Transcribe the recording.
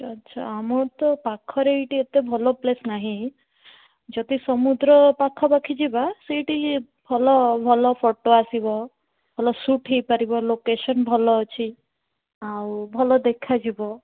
ଆଚ୍ଛା ଆମର ତ ପାଖରେ ଏଇଠି ଏତେ ଭଲ ପ୍ଲେସ୍ ନାହିଁ ଯଦି ସମୁଦ୍ର ପାଖାପାଖି ଯିବା ସେଇଠି ଭଲ ଭଲ ଫଟୋ ଆସିବ ଭଲ ଶୂଟ୍ ହେଇପାରିବ ଲୋକେଶନ୍ ଭଲ ଅଛି ଆଉ ଭଲ ଦେଖାଯିବ